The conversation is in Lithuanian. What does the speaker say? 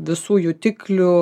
visų jutiklių